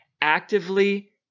actively